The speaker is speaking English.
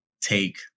take